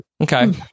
okay